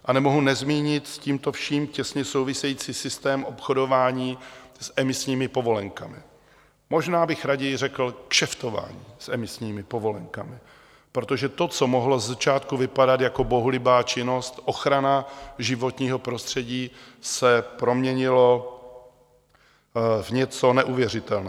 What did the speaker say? A nemohu nezmínit s tímto vším těsně související systém obchodování s emisními povolenkami, možná bych raději řekl kšeftování s emisními povolenkami, protože to, co mohlo ze začátku vypadat jako bohulibá činnost, ochrana životního prostředí, se proměnilo v něco neuvěřitelného.